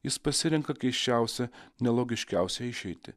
jis pasirenka keisčiausią nelogiškiausią išeitį